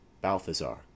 Balthazar